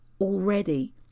already